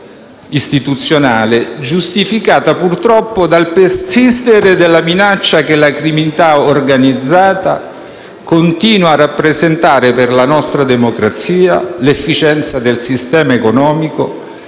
istituzionale, giustificata purtroppo dal persistere della minaccia che la criminalità organizzata continua a rappresentare per la nostra democrazia, l'efficienza del sistema economico,